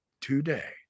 today